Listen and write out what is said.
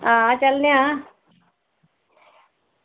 हां चलने आं